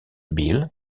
bilh